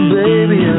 baby